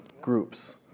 groups